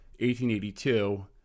1882